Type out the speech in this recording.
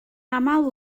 aml